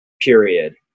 period